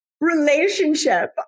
relationship